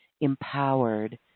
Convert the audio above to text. empowered